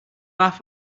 laugh